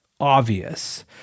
obvious